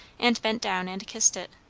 and bent down and kissed it.